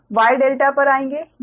अब Y ∆ पर आएंगे